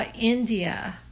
India